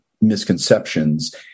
misconceptions